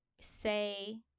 say